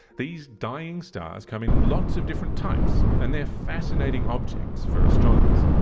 these dying stars come in lots of different types, and they're fascinating objects for astronomers.